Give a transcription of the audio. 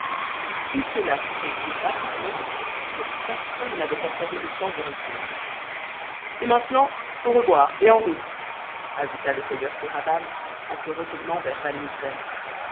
tout cela fut fait si rapidement que personne n'avait encore eu le temps de répondre et maintenant au revoir et en route ajouta le seigneur kéraban en se retournant vers